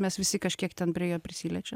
mes visi kažkiek ten prie jo prisiliečiam